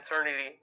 eternity